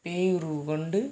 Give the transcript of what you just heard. பேய் உருவம் கொண்டு